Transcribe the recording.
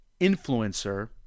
influencer